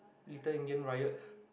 Little Indian Ryat